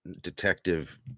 detective